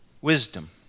wisdom